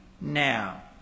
now